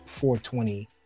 420